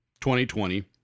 2020